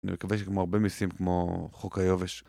אני מקווה שכמו הרבה מיסים כמו חוק היובש.